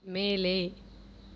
மேலே